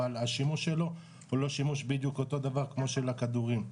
אבל השימוש שלו הוא לא שימוש בדיוק אותו דבר כמו של הכדורים.